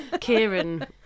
Kieran